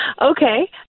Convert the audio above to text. Okay